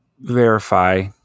verify